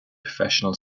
professional